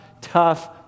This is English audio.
tough